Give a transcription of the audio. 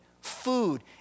food